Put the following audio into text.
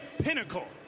pinnacle